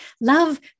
Love